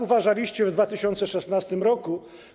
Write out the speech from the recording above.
uważaliście w 2016 r.